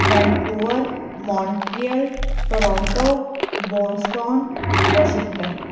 Vancouver Montreal Toronto Boston Washington